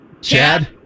Chad